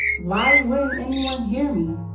why wouldn't anyone hear me?